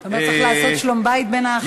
אתה אומר: צריך לעשות שלום-בית בין האחים.